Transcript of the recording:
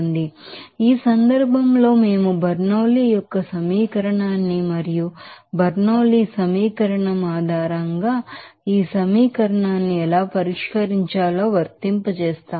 కాబట్టి ఈ సందర్భంలో మేము బెర్నౌలీ యొక్క సమీకరణాన్ని మరియు ఈ బెర్నౌలీ సమీకరణం ఆధారంగా ఈ సమీకరణాన్ని ఎలా పరిష్కరించాలో వర్తింపజేస్తాము